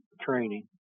training